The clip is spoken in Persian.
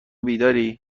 بیداری